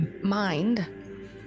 mind